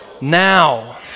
now